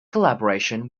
collaboration